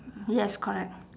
yes correct